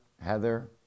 Heather